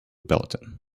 battalion